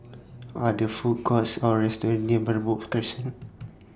Are There Food Courts Or restaurants near Merbok Crescent